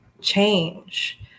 change